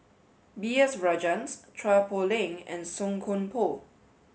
B S Rajhans Chua Poh Leng and Song Koon Poh